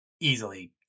easily